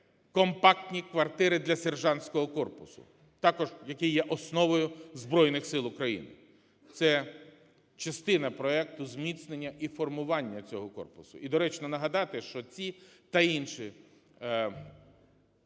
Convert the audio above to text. "компактні квартири для сержантського корпусу", також який є основою Збройних Сил України. Це частина проекту зміцнення і формування цього корпусу. І доречно нагадати, що ці та інші